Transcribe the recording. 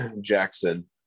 Jackson